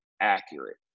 accurate